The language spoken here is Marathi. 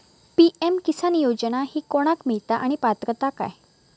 पी.एम किसान योजना ही कोणाक मिळता आणि पात्रता काय?